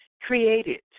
created